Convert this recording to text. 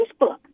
Facebook